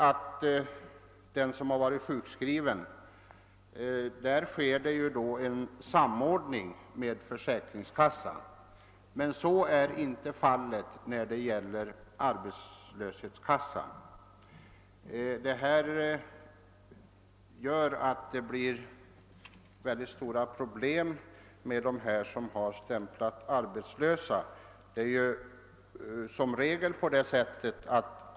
För den som har varit sjukskriven sker en samordning med försäkringskassan, men så är inte fallet när det gäller arbetslöshetskassan. Detta gör att väldigt stora problem uppstår för dem som stämplar såsom arbetslösa.